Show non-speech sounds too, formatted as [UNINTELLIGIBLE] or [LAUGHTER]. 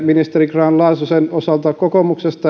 ministeri grahn laasosen osalta kokoomuksesta [UNINTELLIGIBLE]